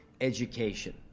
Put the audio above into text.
education